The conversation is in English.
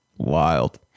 Wild